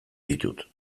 ditut